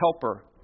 helper